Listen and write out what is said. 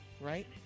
Right